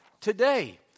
today